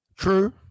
True